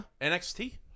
NXT